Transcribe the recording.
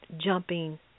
jumping